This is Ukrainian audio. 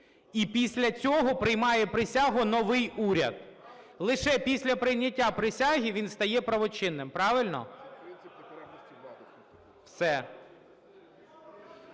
І після цього приймає присягу новий уряд. Лише після прийняття присяги він стає правочинним. Правильно? Все.